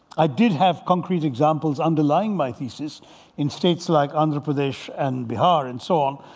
i did have concrete examples underlying my thesis in states like andhra pradesh and bihar and so on.